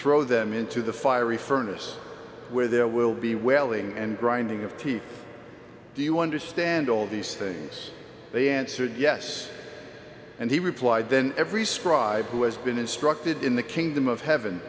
throw them into the fiery furnace where there will be wailing and grinding of teeth do you understand all these things they answered yes and he replied then every scribe who has been instructed in the kingdom of heaven